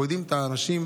אנחנו מכירים את האנשים.